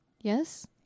Yes